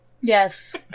Yes